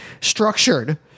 structured